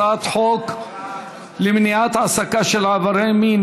הצעת חוק למניעת העסקה של עברייני מין